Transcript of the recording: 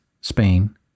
Spain